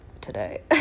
today